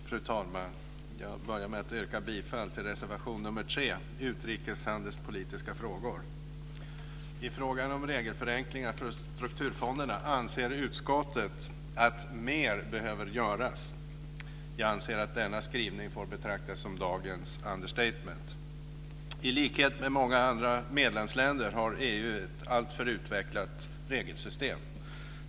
Fru talman! Jag börjar med att yrka bifall till reservation 3, utrikeshandelspolitiska frågor. I frågan om regelförenklingar för strukturfonderna anser utskottet att mer behöver göras. Jag anser att denna skrivning får betraktas som dagens understatement. I likhet med många medlemsländer har EU utvecklat alltför omfattande regler.